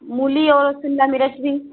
मूली और शिमला मिर्च भी